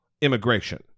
immigration